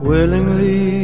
Willingly